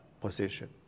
position